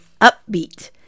upbeat